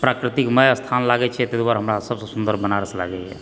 प्राकृतिकमय स्थान लागय छै ताहि दुआरे हमरा सबसँ सुंदर बनारस लागैया